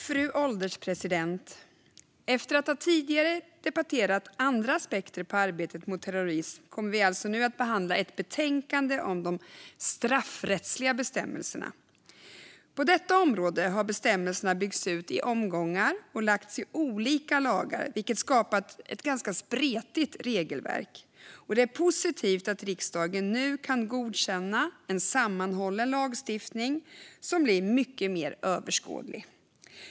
Fru ålderspresident! Efter att tidigare ha debatterat andra aspekter på arbetet mot terrorism kommer vi nu att behandla ett betänkande om de straffrättsliga bestämmelserna. På detta område har bestämmelserna byggts ut i omgångar och lagts i olika lagar, vilket skapat ett ganska spretigt regelverk, Det är positivt att riksdagen nu kan godkänna en sammanhållen lagstiftning som blir mycket mer överskådlig.